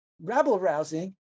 rabble-rousing